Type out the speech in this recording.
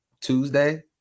Tuesday